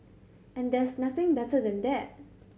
and there's nothing better than that